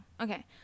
Okay